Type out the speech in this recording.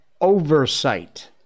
oversight